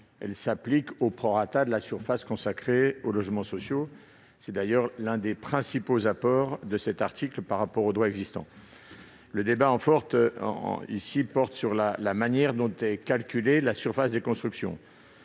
elle s'applique au prorata de la surface consacrée aux logements sociaux : c'est l'un des principaux apports de cet article par rapport au droit existant. Le débat porte ici sur la manière dont est calculée la surface des constructions